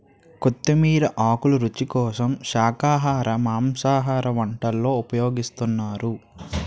కొత్తిమీర ఆకులు రుచి కోసం శాఖాహార మాంసాహార వంటల్లో ఉపయోగిస్తున్నారు